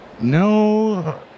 No